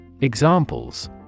Examples